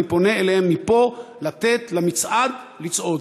ואני פונה אליהם מפה לתת למצעד לצעוד.